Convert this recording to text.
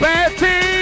Betty